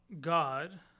god